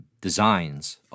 designs